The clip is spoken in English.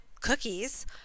cookies